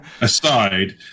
aside